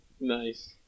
Nice